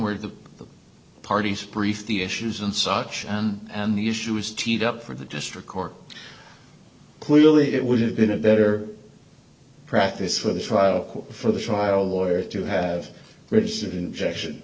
where the parties brief the issues and such on and the issue is teed up for the district court clearly it would have been a better practice for the trial court for the trial lawyer to have rigid injection